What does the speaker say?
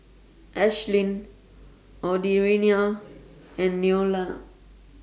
Ashlyn Audriana and Neola